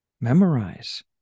memorize